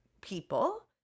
people